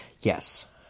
Yes